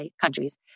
countries